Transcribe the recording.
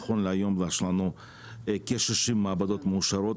נכון להיום יש לנו קשר של מעבדות מאושרות.